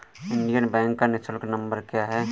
Indian Bank का निःशुल्क number क्या है?